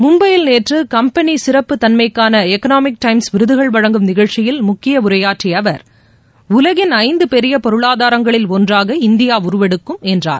மும்பையில் நேற்று கம்பெனி சிறப்பு தன்மைக்கான எக்னாமிக் டைம்ஸ் விருதுகள் வழங்கும் நிகழ்ச்சியில் முக்கிய உரையாற்றிய அவர் உலகின் ஐந்து பெரிய பொருளாதாரங்களில் ஒன்றாக இந்தியா உருவெடுக்கும் என்றார்